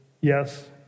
Yes